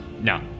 No